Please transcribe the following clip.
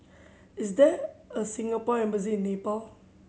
is there a Singapore Embassy Nepal